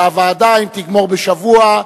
והוועדה אם תגמור בשבוע,